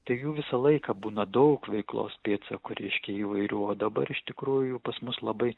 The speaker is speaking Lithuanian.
tai jų visą laiką būna daug veiklos pėdsakų reiškia įvairių o dabar iš tikrųjų pas mus labai